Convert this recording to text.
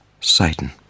Satan